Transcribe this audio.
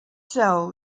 cell